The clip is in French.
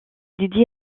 dédié